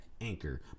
anchor